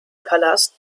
palast